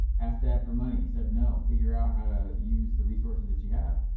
asked dad for money, said no, figure out how to use the resources that you have.